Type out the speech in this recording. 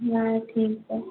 हाँ ठीक है